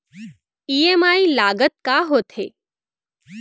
EMI लागत का होथे?